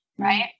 Right